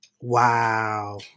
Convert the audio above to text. Wow